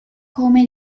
come